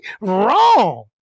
Wrong